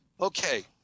Okay